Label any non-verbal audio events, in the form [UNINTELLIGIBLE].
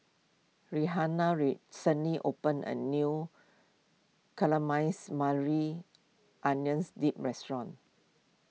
Rihanna recently opened a new [UNINTELLIGIBLE] Maui Onions Dip restaurant